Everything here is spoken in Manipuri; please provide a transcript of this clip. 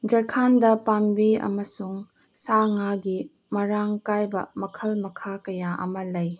ꯖꯔꯈꯥꯟꯗ ꯄꯥꯝꯕꯤ ꯑꯃꯁꯨꯡ ꯁꯥ ꯉꯥꯒꯤ ꯃꯔꯥꯡ ꯀꯥꯏꯕ ꯃꯈꯜ ꯃꯈꯥ ꯀꯌꯥ ꯑꯃ ꯂꯩ